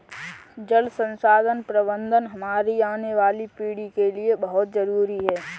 जल संसाधन प्रबंधन हमारी आने वाली पीढ़ी के लिए बहुत जरूरी है